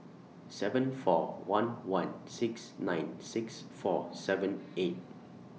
seven four one one six nine six four seven eight